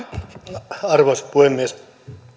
arvoisa puhemies